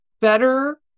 better